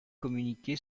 communiqué